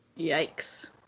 Yikes